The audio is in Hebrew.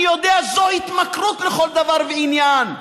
אני יודע, זו התמכרות לכל דבר ועניין.